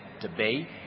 debate